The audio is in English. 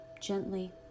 gently